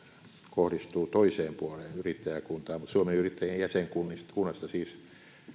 kohdistuu toiseen puoleen yrittäjäkuntaa mutta suomen yrittäjien jäsenkunnasta siis